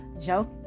joke